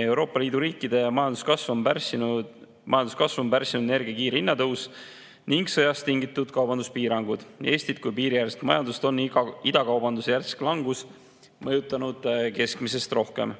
Euroopa Liidu riikide majanduskasvu on pärssinud energiahindade kiire tõus ning sõjast tingitud kaubanduspiirangud. Eestit kui piiriäärset majandust on idakaubanduse järsk langus mõjutanud keskmisest rohkem.